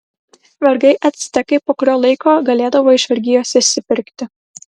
vergai actekai po kurio laiko galėdavo iš vergijos išsipirkti